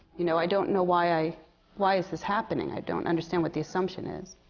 you know? i don't know why i why is this happening? i don't understand what the assumption is.